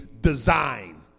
design